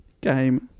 game